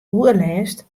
oerlêst